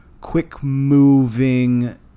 quick-moving